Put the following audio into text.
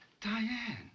Diane